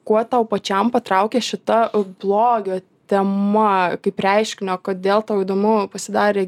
kuo tau pačiam patraukė šita blogio tema kaip reiškinio kodėl tau įdomu pasidarė